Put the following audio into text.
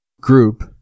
group